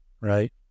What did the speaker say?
right